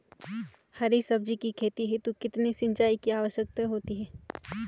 हरी सब्जी की खेती हेतु कितने सिंचाई की आवश्यकता होती है?